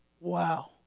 Wow